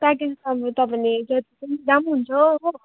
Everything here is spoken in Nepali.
प्याकेज त अब तपाईँले जति पनि लिँदा पनि हुन्छ हो